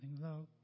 love